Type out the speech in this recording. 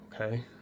Okay